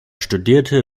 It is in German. studierte